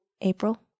April